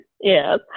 Yes